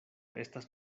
estas